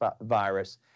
virus